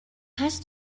hast